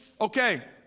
okay